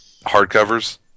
hardcovers